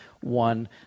one